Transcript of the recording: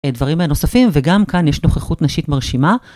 דברים הנוספים, וגם כאן יש נוכחות נשית מרשימה.